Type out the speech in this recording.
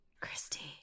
Christy